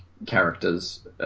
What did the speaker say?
characters